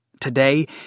Today